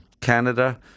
Canada